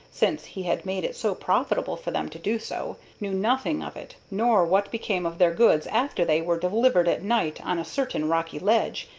since he had made it so profitable for them to do so, knew nothing of it, nor what became of their goods after they were delivered at night on a certain rocky ledge,